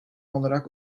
olarak